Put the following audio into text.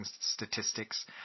statistics